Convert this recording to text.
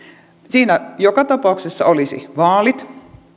siinä joka tapauksessa olisi vaalit